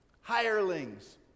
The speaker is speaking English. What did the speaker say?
hirelings